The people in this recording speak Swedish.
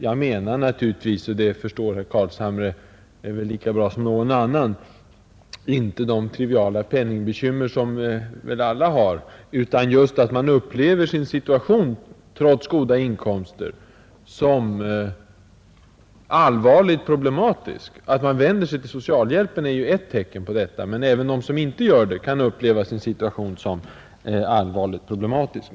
Jag menar naturligtvis, och det förstår herr Carlshamre lika bara som någon annan, inte de triviala penningbekymmer som väl alla har, utan just detta att man trots goda inkomster upplever sin situation som allvarligt problematisk. Att man vänder sig till socialhjälpen är ett tecken på detta, men även de som inte gör det kan uppleva sin situation som fylld av svårigheter.